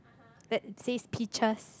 that says peaches